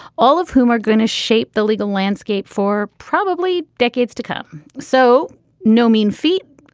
all of whom are going to shape the legal landscape for probably decades to come. so no mean feat.